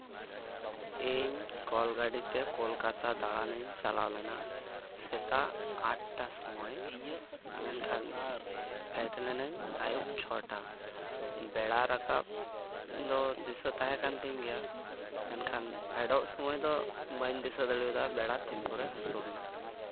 ᱤᱧ ᱠᱚᱞ ᱜᱟᱹᱰᱤᱛᱮ ᱠᱚᱞᱠᱟᱛᱟ ᱫᱟᱬᱟᱱᱤᱧ ᱪᱟᱞᱟᱣ ᱞᱮᱱᱟ ᱥᱮᱛᱟᱜ ᱟᱴᱴᱟ ᱥᱚᱢᱚᱭ ᱢᱮᱱᱠᱷᱟᱱ ᱯᱷᱮᱰ ᱞᱤᱱᱟᱹᱧ ᱟᱹᱭᱩᱵ ᱪᱷᱚᱴᱟ ᱵᱮᱲᱟ ᱨᱟᱠᱟᱵᱽ ᱫᱚ ᱫᱤᱥᱟᱹ ᱛᱟᱦᱮᱸ ᱠᱟᱱ ᱛᱤᱧ ᱜᱮᱭᱟ ᱢᱮᱱᱠᱷᱟᱱ ᱯᱷᱮᱰᱚᱜ ᱥᱚᱢᱚᱭ ᱫᱚ ᱵᱟᱹᱧ ᱫᱤᱥᱟᱹ ᱫᱟᱲᱮᱭᱟᱫᱟ ᱵᱮᱲᱟ ᱛᱤᱱ ᱠᱚᱨᱮ ᱦᱟᱹᱥᱩᱨ ᱱᱟ